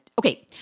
okay